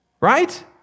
right